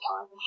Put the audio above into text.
time